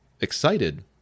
excited